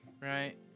right